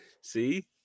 see